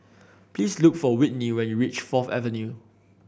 please look for Whitney when you reach Fourth Avenue